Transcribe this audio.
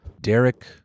Derek